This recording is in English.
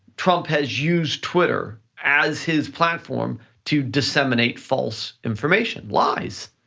trump has used twitter as his platform to disseminate false information, lies,